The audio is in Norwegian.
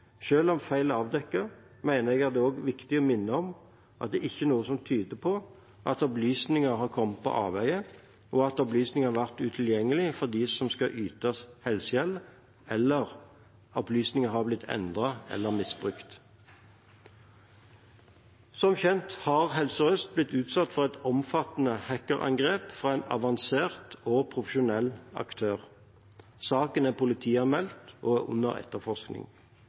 om feil er avdekket, mener jeg det også er viktig å minne om at det ikke er noe som tyder på at opplysninger har kommet på avveier, at opplysninger har vært utilgjengelig for dem som skal yte helsehjelp, eller at opplysninger har blitt endret eller misbrukt. Som kjent har Helse Sør-Øst blitt utsatt for et omfattende hackerangrep fra en avansert og profesjonell aktør. Saken er politianmeldt og er under etterforskning.